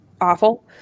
awful